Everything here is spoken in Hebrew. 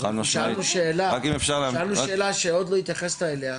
שאלנו שאלה שעוד לא התייחסת אליה,